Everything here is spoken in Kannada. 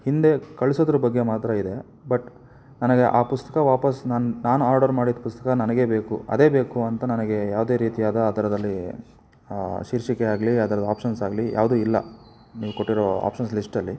ಹಿಂದೆ ಕಳ್ಸೋದ್ರ ಬಗ್ಗೆ ಮಾತ್ರ ಇದೆ ಬಟ್ ನನಗೆ ಆ ಪುಸ್ತಕ ವಾಪಸ್ಸು ನಾನು ನಾನು ಆರ್ಡರ್ ಮಾಡಿದ್ದ ಪುಸ್ತಕ ನನಗೆ ಬೇಕು ಅದೇ ಬೇಕು ಅಂತ ನನಗೆ ಯಾವುದೇ ರೀತಿಯಾದ ಆ ಥರದಲ್ಲಿ ಶೀರ್ಷಿಕೆ ಆಗಲಿ ಆ ಥರದ ಆಪ್ಷನ್ಸ್ ಆಗಲಿ ಯಾವುದೂ ಇಲ್ಲ ನೀವು ಕೊಟ್ಟಿರೋ ಆಪ್ಷನ್ಸ್ ಲಿಸ್ಟಲ್ಲಿ